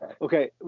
Okay